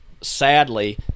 sadly